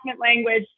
language